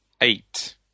eight